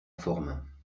forme